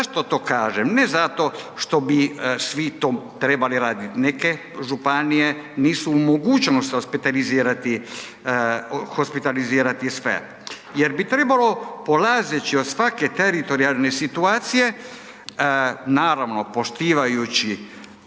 Zašto to kažem? Ne zato što bi svi to trebali radit. Neke županije nisu u mogućnosti hospitalizirati, hospitalizirati sve, jer bi trebalo polazeći od svake teritorijalne situacije, naravno poštivajući